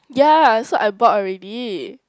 yeah so I bought already